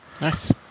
nice